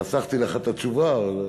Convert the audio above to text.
חסכתי לך את התשובה.